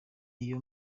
iyo